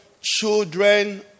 children